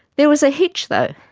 there was a hitch though.